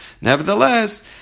nevertheless